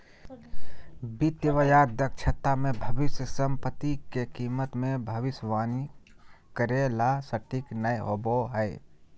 वित्तीय बाजार दक्षता मे भविष्य सम्पत्ति के कीमत मे भविष्यवाणी करे ला सटीक नय होवो हय